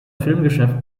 filmgeschäft